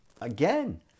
Again